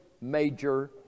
major